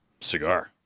cigar